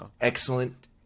excellent